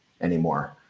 anymore